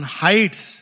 heights